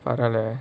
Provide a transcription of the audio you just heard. about there